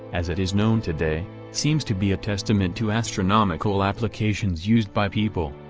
as it is known today, seems to be a testament to astronomical applications used by people,